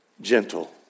gentle